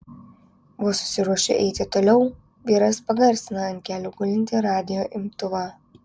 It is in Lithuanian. vos susiruošiu eiti toliau vyras pagarsina ant kelių gulintį radijo imtuvą